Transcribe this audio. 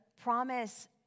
promise